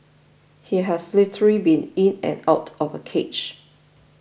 he has literally been in and out of a cage